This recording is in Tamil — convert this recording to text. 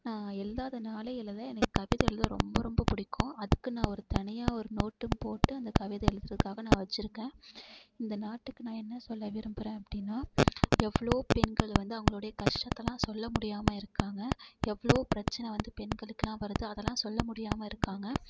நான் எழுதாத நாள் இல்லை எனக்கு கவிதை எழுத ரொம்ப ரொம்ப பிடிக்கும் அதுக்கு நான் ஒரு தனியாக ஒரு நோட்டும் போட்டு அந்த கவிதை எழுதுகிறதுக்காக நான் வச்சிருக்கேன் இந்த நாட்டுக்கு நான் என்ன சொல்ல விரும்புறேன் அப்படினா எவ்வளோவோ பெண்கள் வந்து அவங்களுடைய கஷ்டத்தைலாம் சொல்லமுடியாமல் இருக்காங்க எவ்வளோவோ பிரச்சனை வந்து பெண்களுக்கெல்லாம் வருதோ அதல்லாம் சொல்லமுடியாமல் இருக்காங்க